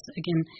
again